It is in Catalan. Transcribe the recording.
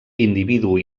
individu